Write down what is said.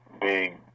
big